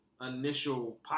initial